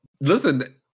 Listen